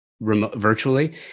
virtually